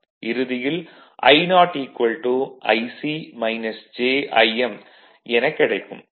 இறுதியில் I0 எனக் கிடைக்கும்